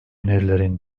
önerilerin